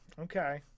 Okay